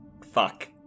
Fuck